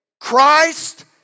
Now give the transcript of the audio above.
Christ